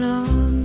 on